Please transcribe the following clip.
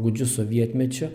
gūdžiu sovietmečiu